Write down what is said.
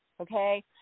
Okay